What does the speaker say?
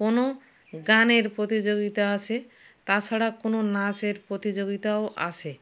কোনো গানের প্রতিযোগিতা আসে তাছাড়া কোনো নাচের প্রতিযোগিতাও আসে